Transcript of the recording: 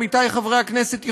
עמיתי חברי הכנסת,